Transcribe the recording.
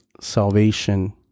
salvation